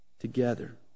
together